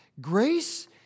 Grace